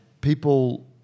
people